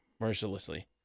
mercilessly